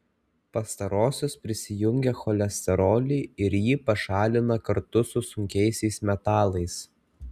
pastarosios prisijungia cholesterolį ir jį pašalina kartu su sunkiaisiais metalais